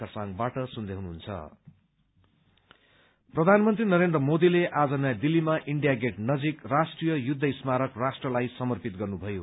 PM प्रधानमन्त्रीले नरेन्द्र मोदीले आज नयाँ दिल्लीमा इण्डिया गेट नजिक राष्ट्रीय युद्ध स्मारक राष्ट्रलाई समर्पित गर्नुभयो